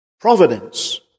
providence